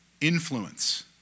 influence